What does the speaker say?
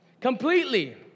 Completely